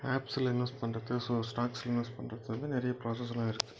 ஆப்ஸில் invest பண்ணுறது so ஸ்டாக்ஸில் invest பண்ணுறது வந்து நிறைய பிராசஸ்லாம் இருக்குது